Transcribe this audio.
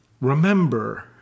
Remember